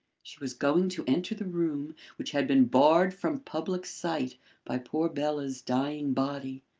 she was going to enter the room which had been barred from public sight by poor bela's dying body.